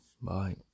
Bye